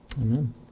Amen